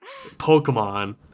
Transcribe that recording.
Pokemon